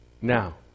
Now